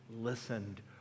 listened